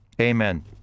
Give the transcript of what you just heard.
Amen